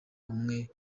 umwe